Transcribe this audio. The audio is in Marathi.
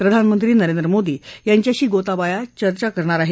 प्रधानमंत्री नरेंद्र मोदी यांच्याशी गोताबाया चर्चा करणार आहेत